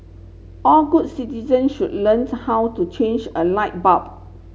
all good citizen should learns how to change a light bulb